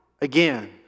again